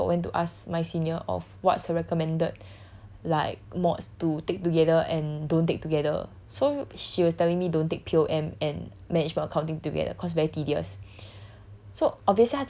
okay cause I got went to ask my senior of what's the recommended like mods to take together and don't take together so she was telling me don't take and management accounting together cause very tedious